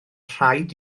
rhaid